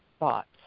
thoughts